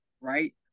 right